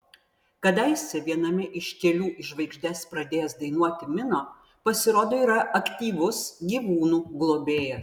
kadaise viename iš kelių į žvaigždes pradėjęs dainuoti mino pasirodo yra aktyvus gyvūnų globėjas